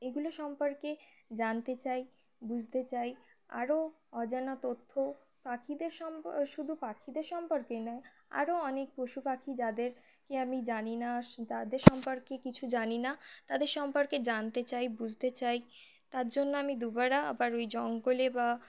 এগুলো সম্পর্কে জানতে চাই বুঝতে চাই আরও অজানা তথ্য পাখিদের শুধু পাখিদের সম্পর্কে নয় আরও অনেক পশু পাখি যাদেরকে আমি জানি না তাদের সম্পর্কে কিছু জানি না তাদের সম্পর্কে জানতে চাই বুঝতে চাই তার জন্য আমি দুবার আবার ওই জঙ্গলে বা